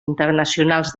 internacionals